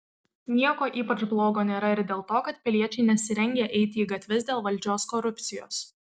nieko ypač blogo nėra ir dėl to kad piliečiai nesirengia eiti į gatves dėl valdžios korupcijos